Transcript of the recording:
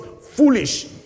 foolish